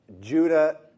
Judah